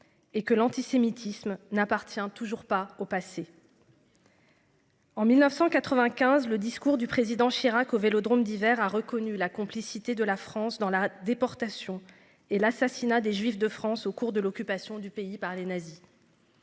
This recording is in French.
et que l'antisémitisme n'appartient toujours pas au passé. En 1995, le discours du président Chirac au Vélodrome d'Hiver, a reconnu la complicité de la France dans la déportation et l'assassinat des Juifs de France. Au cours de l'occupation du pays par les nazis.